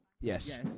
Yes